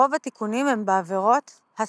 רוב התיקונים הם בעבירות הספציפיות.